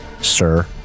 sir